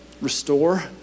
restore